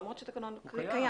למרות שתקנון קיים.